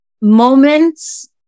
moments